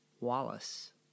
Wallace